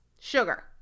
sugar